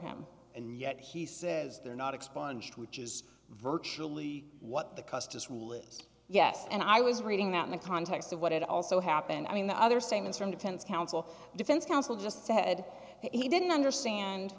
him and yet he says they're not expunged which is virtually what the custis rule is yes and i was reading that in the context of what it also happened i mean the other statements from defense counsel defense counsel just said that he didn't understand